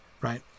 right